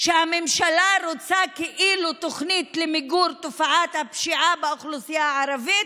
שהממשלה רוצה כאילו תוכנית למיגור תופעת הפשיעה באוכלוסייה הערבית,